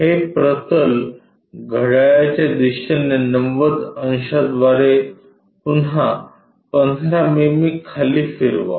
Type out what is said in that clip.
हे प्रतल घड्याळाच्या दिशेने 90 अंशांद्वारे पुन्हा 15 मिमी खाली फिरवा